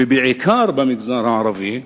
ובעיקר במגזר הערבי,